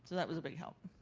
that was a big help.